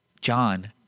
john